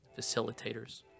facilitators